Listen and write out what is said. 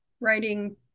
writing